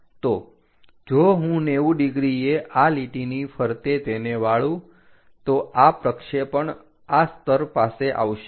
તો જો હું 90 ડિગ્રીએ આ લીટીની ફરતે તેને વાળું તો આ પ્રક્ષેપણ આ સ્તર પાસે આવશે